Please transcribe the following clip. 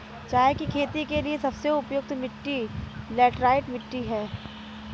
चाय की खेती के लिए सबसे उपयुक्त मिट्टी लैटराइट मिट्टी है